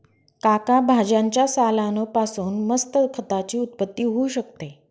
काका भाज्यांच्या सालान पासून मस्त खताची उत्पत्ती होऊ शकते